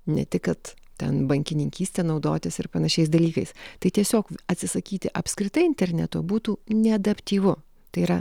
ne tik kad ten bankininkyste naudotis ir panašiais dalykais tai tiesiog atsisakyti apskritai interneto būtų neadaptyvu tai yra